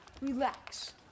relax